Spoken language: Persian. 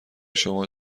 شما